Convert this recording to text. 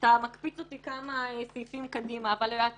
אתה מקפיץ אותי כמה סעיפים קדימה אולי